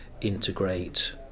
integrate